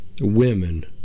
women